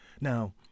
Now